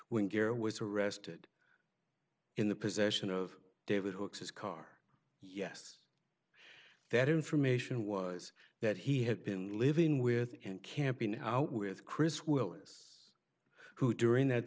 when garrett was arrested in the possession of david hookes car yes that information was that he had been living with and camping out with chris willis who during that